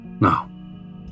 now